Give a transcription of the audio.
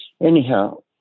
Anyhow